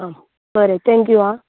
आं बरें थँक्यू आं